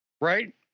Right